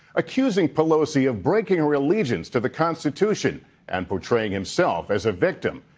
accusing pelosi of breaking her allegiance to the constitution and portraying himself as a victim.